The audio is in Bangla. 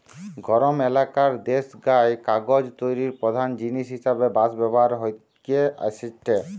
গরম এলাকার দেশগায় কাগজ তৈরির প্রধান জিনিস হিসাবে বাঁশ ব্যবহার হইকি আসেটে